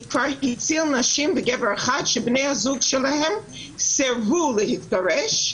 שבני הזוג שלהם סירבו להתגרש,